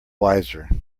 wiser